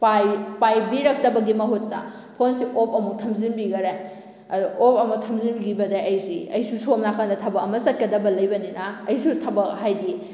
ꯄꯥꯏꯕꯤꯔꯛꯇꯕꯒꯤ ꯃꯍꯨꯠꯇ ꯐꯣꯟꯁꯤ ꯑꯣꯐ ꯑꯃꯨꯛ ꯊꯝꯖꯤꯟꯕꯤꯈꯔꯦ ꯑꯗꯨ ꯑꯣꯐ ꯑꯃꯨꯛ ꯊꯝꯖꯤꯟꯈꯤꯕꯗꯩ ꯑꯩꯁꯤ ꯑꯩꯁꯨ ꯁꯣꯝ ꯅꯥꯀꯟꯗ ꯊꯕꯛ ꯑꯃ ꯆꯠꯀꯗꯕ ꯂꯩꯕꯅꯤꯅ ꯑꯩꯁꯨ ꯊꯕꯛ ꯍꯥꯏꯗꯤ